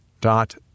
dot